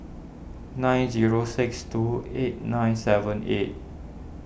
nine zero six two eight nine seven eight